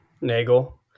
nagel